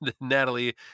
Natalie